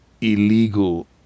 illegal